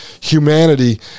humanity